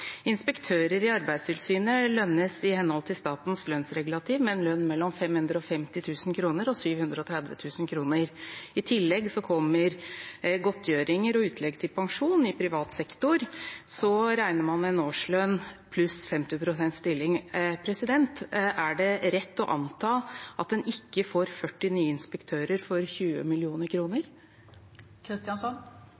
Inspektører i Arbeidstilsynet lønnes i henhold til statens lønnsregulativ med en lønn mellom 550 000 kr og 730 000 kr. I tillegg kommer godtgjøringer og utlegg til pensjon. I privat sektor regner man en årslønn pluss 50 pst. stilling. Er det rett å anta at en ikke får 40 nye inspektører for 20